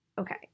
Okay